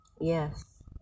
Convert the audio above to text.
Yes